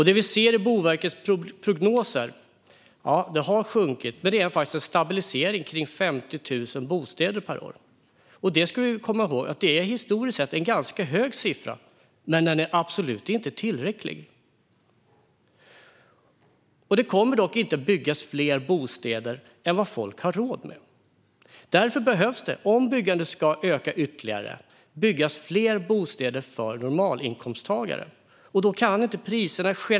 Det har sjunkit, men det vi ser i Boverkets prognoser är en stabilisering kring 50 000 bostäder per år. Det är historiskt sett en ganska hög siffra, men den är absolut inte tillräcklig. Det kommer dock inte att byggas fler bostäder än vad folk har råd med. Därför behöver det, om byggandet ska öka ytterligare, byggas fler bostäder för normalinkomsttagare. Då kan inte priserna skena iväg.